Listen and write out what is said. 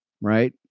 right